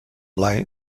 blai